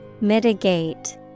Mitigate